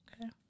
Okay